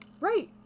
Right